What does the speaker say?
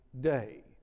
day